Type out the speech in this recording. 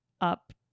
up